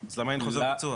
אז למה אין חוזר ביצוע?